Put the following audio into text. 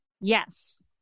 Yes